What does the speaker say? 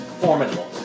formidable